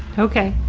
okay.